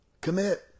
Commit